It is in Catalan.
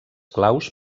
claus